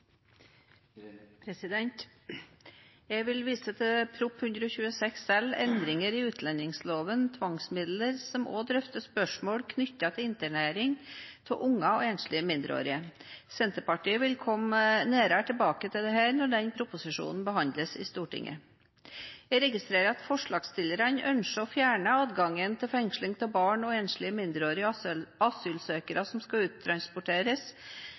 Jeg vil vise til Prop. 126 L, Endringer i utlendingsloven , som også drøfter spørsmål knyttet til internering av unger og enslige mindreårige. Senterpartiet vil komme nærmere tilbake til dette når denne proposisjonen behandles i Stortinget. Jeg registrerer at forslagsstillerne ønsker å fjerne adgangen til fengsling av barn og enslige mindreårige asylsøkere som skal uttransporteres,